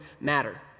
matter